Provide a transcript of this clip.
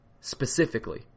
specifically